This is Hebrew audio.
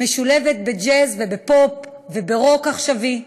משולבת בג'אז, בפופ וברוק עכשווי.